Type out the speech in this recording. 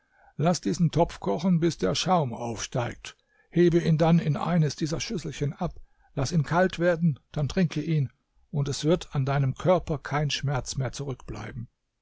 laß diesen topf kochen bis der schaum aufsteigt hebe ihn dann in eines dieser schüsselchen ab laß ihn kalt werden dann trinke ihn und es wird an deinem körper kein schmerz mehr zurückbleiben